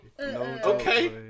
okay